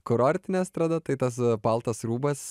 kurortinė estrada tai tas baltas rūbas